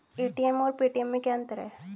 ATM और Paytm में क्या अंतर है?